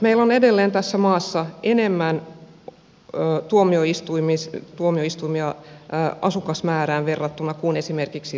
meillä on edelleen tässä maassa enemmän tuomioistuimia asukasmäärään verrattuna kuin esimerkiksi ruotsissa